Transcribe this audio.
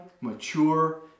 mature